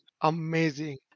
amazing